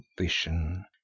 vision